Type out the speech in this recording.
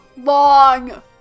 long